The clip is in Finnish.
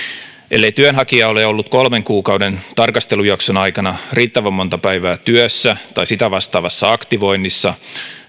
ellei työnhakija ole ollut kolmen kuukauden tarkastelujakson aikana riittävän monta päivää työssä tai sitä vastaavassa aktivoinnissa